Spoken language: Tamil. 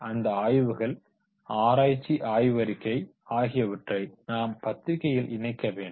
அந்த ஆய்வுகள் ஆராய்ச்சி ஆய்வறிக்கை ஆகியவற்றை நாம் பத்திரிக்கைகளில் இணைக்க வேண்டும்